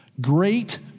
Great